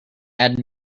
add